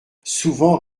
souvent